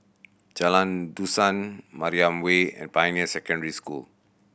Jalan Dusun Mariam Way and Pioneer Secondary School